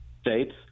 states